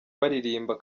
baririmba